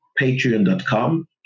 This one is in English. patreon.com